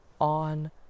on